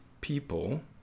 people